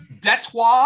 Detroit